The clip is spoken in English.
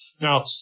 Now